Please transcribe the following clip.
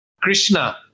Krishna